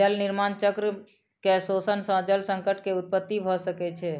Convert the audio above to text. जल निर्माण चक्र के शोषण सॅ जल संकट के उत्पत्ति भ सकै छै